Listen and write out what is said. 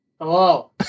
Hello